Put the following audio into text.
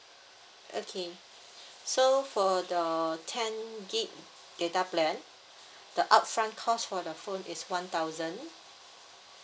okay so for the ten gig data plan the upfront cost for the phone is one thousand